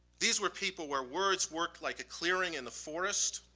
these were people where words worked like a clearing in the forest,